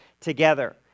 together